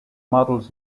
models